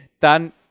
dann